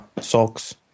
socks